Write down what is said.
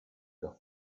los